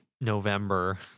November